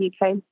UK